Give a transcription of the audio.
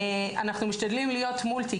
אנחנו משתדלים להיות "מולטי",